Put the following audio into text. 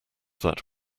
that